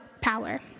power